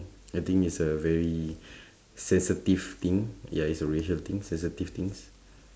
I think it's a very sensitive thing ya it's a racial thing sensitive things